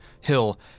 hill